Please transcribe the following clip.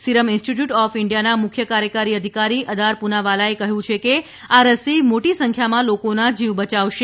serum institute of ઇન્ડિયાના મુખ્ય કાર્યકારી અધિકારી અદાર પુનાવાલાએ કહ્યું છે કે આ રસી મોટી સંખ્યામાં લોકોના જીવ બચાવશે